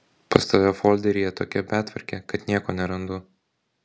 pas tave folderyje tokia betvarkė kad nieko nerandu